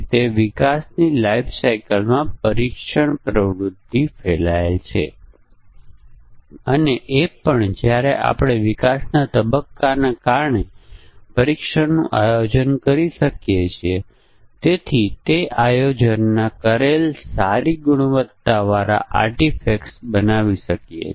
તેથી આપણે નિર્ણય કોષ્ટક બનાવીએ છીએ અને ત્યારબાદ આપણે દરેકને નિયમ તરીકે ધ્યાનમાં લઈએ છીએ અને આ આપણો પરીક્ષણ કેસ બનાવે છે